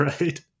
Right